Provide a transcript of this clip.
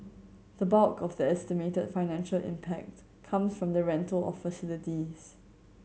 the bulk of the estimated financial impact comes from the rental of facilities